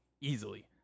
easily